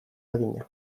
adina